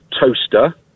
toaster